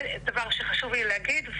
זה מה שהיה חשוב לי להגיד,